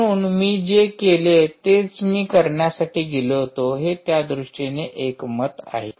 म्हणून मी जे केले तेच मी करण्यासाठी गेलो होतो हे त्या दृष्टीने एक मत आहे